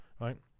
right